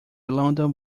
london